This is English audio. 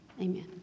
amen